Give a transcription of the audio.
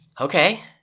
Okay